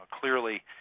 Clearly